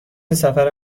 سفر